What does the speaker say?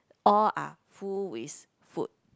all are full with food